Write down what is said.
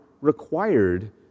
required